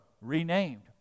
renamed